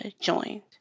joined